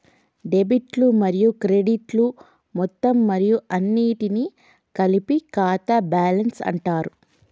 డెబిట్లు మరియు క్రెడిట్లు మొత్తం మరియు అన్నింటినీ కలిపి ఖాతా బ్యాలెన్స్ అంటరు